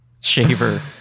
shaver